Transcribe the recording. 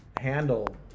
handle